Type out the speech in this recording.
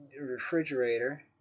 Refrigerator